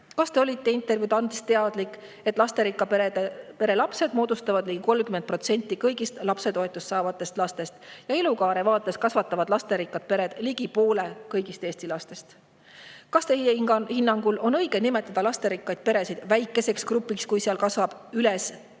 kas te olite intervjuud andes teadlik, et lasterikka pere lapsed moodustavad ligi 30% kõigist lapsetoetust saavatest lastest ja elukaare vaates kasvatavad lasterikkad pered ligi poole kõigist Eesti lastest. Kas teie hinnangul on õige nimetada lasterikkaid peresid väikeseks grupiks, kui seal kasvab üles nii